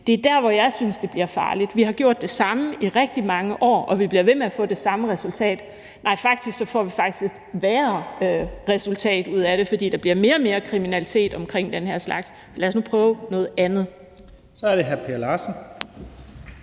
Det er der, hvor jeg synes det bliver farligt. Vi har gjort det samme i rigtig mange år, og vi bliver ved med at få det samme resultat – og faktisk får vi et værre resultat ud af det, fordi der bliver mere og mere kriminalitet omkring den her slags. Så lad os nu prøve noget andet. Kl. 18:05 Første